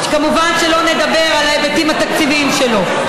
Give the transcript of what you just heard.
כמובן שלא נדבר על ההיבטים התקציביים שלו.